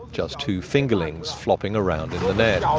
just two fingerlings flopping around in